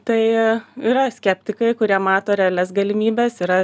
tai yra skeptikai kurie mato realias galimybes yra